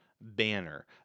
banner